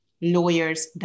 lawyers